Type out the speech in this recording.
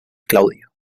claudia